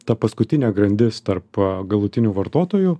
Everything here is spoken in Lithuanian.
ta paskutinė grandis tarp galutinių vartotojų